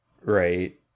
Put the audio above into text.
Right